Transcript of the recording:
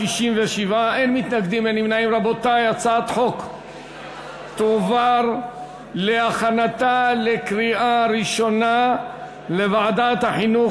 את הצעת חוק חובת התקשרות להורים והודעה על אי-הגעת ילד למוסד חינוך